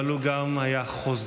אבל הוא גם היה חוזה.